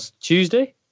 Tuesday